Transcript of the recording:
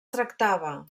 tractava